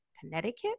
Connecticut